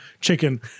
chicken